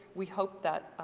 we hope that,